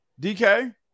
dk